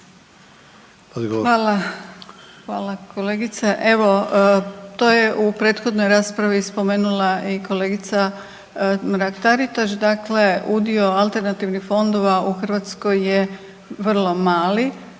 Hvala, hvala kolegice. Evo to je u prethodnoj raspravi spomenula i kolegica Mrak Taritaš, dakle udio alternativnih fondova u Hrvatskoj je vrlo mali,